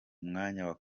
mwanya